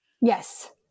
Yes